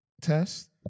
test